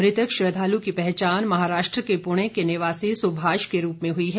मृतक श्रद्वालु की पहचान महाराष्ट्र के पुणे के निवासी सुभाष के रूप में हुई है